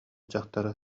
дьахтары